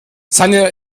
seine